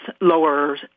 lower